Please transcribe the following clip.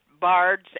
bards